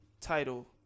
title